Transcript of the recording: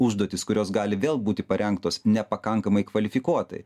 užduotys kurios gali vėl būti parengtos nepakankamai kvalifikuotai